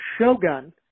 shogun